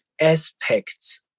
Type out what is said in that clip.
aspects